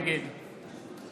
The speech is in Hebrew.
נגד שמחה רוטמן, נגד עידן